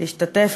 להשתתף,